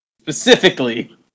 specifically